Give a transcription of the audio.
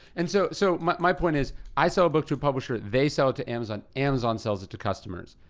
and so, so my my point is, i sell a book to a publisher, they sell it to amazon, amazon sells it to customers.